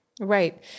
Right